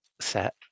set